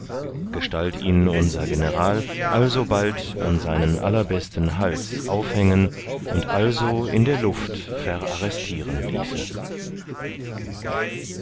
gestalt ihn unser general alsobald an seinen allerbesten hals aufhängen und also in der luft verarrestieren ließe